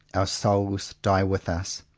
our souls die with us,